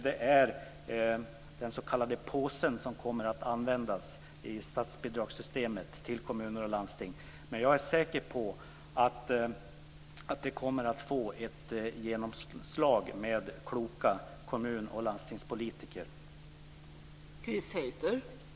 Den s.k. påsen kommer att användas i statsbidragssystemet beträffande kommuner och landsting. Men jag är säker på att detta, med kloka kommun och landstingspolitiker, kommer att få genomslag.